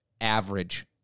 average